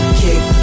kick